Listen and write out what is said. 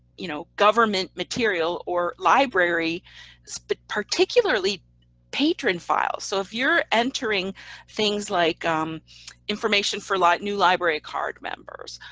you know, government material or library space, particularly patron files. so if you're entering things like um information for like new library card members,